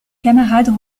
camarades